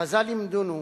חז"ל לימדונו